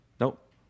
Nope